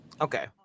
Okay